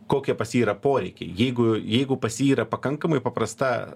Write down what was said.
kokie pas jį yra poreikiai jeigu jeigu pas jį yra pakankamai paprasta